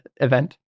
event